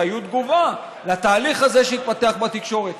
שהיו תגובה לתהליך הזה שהתפתח בתקשורת.